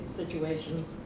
situations